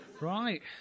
Right